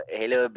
hello